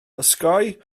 osgoi